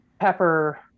Pepper